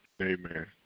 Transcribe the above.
Amen